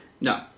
No